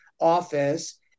office